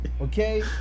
Okay